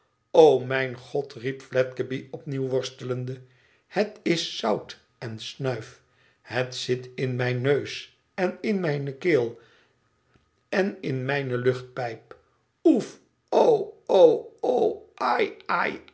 o mijn god riep fledgeby opnieuw worstelende het is zout en snuif het zit in mijn neus en in mijne keel en in mijne luchtpijp oef f oo oo oo